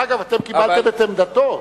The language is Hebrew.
דרך אגב, אתם קיבלתם את עמדתו.